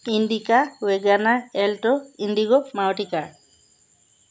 Indica Wagon R Alto Indigo Maruti car